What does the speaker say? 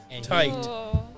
tight